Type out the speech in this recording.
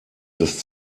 des